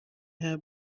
have